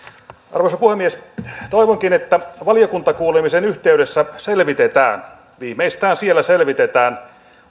arvoisa puhemies toivonkin että valiokuntakuulemisen yhteydessä selvitetään viimeistään siellä selvitetään